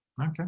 Okay